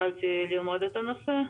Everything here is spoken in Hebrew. התחלתי ללמוד את הנושא.